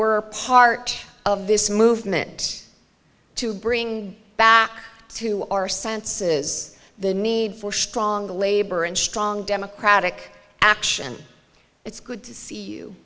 are part of this movement to bring back to our senses the need for strong labor and strong democratic action it's good to see you